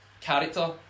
character